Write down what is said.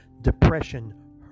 depression